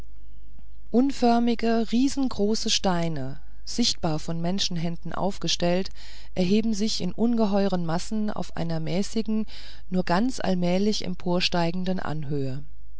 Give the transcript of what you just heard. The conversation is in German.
unförmige riesengroße steine sichtbar von menschenhänden aufgestellt erheben sich in ungeheuren massen auf einer mäßigen nur ganz allmählich emporsteigenden anhöhe